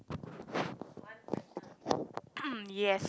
yes